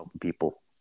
people